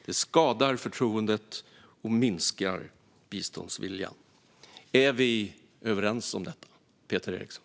Det skadar förtroendet och minskar biståndsviljan. Är vi överens om detta, Peter Eriksson?